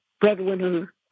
breadwinner